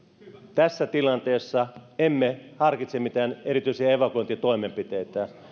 tässä tilanteessa emme harkitse mitään erityisiä evakuointitoimenpiteitä